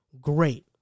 great